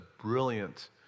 brilliant